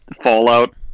Fallout